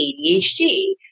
ADHD